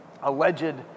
alleged